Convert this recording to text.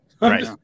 Right